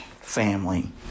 family